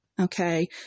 Okay